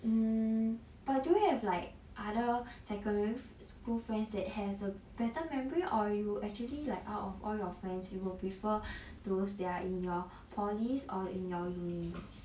mm but do you have like other secondary school friends that has a better memory or you actually like out of all your friends you will prefer those that are in your poly's or in your uni's